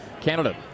Canada